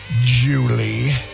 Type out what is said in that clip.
Julie